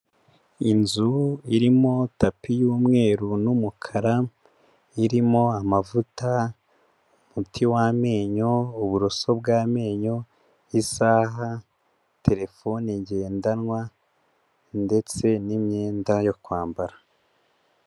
Inzu irimo tapi y'umweru n'umukara, irimo amavuta, umuti w'amenyo, uburoso bw'amenyo, isaha, telefone ngendanwa ndetse n'imyenda yo kwambara.